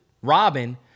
Robin